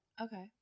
okay